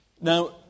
Now